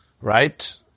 right